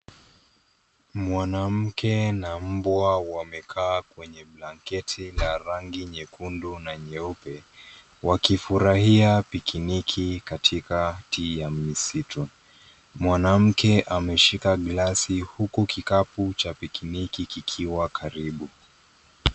Mwanamke na mbwa wamekaa kwenye blanketi la rangi nyekundu na nyeupe, wakifurahia pikiniki katikati ya misitu. Mwanamke ameshika glasi huku kikapu cha pikiniki kikiwa karibu.